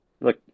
look